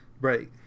Right